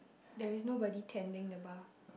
there is nobody tending the bar